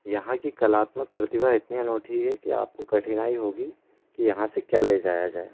यहाँ की कलात्मक प्रतिभा इतनी अनूठी है कि आप को कठिनाई होगी कि यहाँ से क्या ले जाया जाए